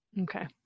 Okay